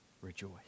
rejoice